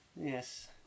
Yes